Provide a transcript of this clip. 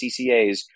CCAs